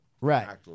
Right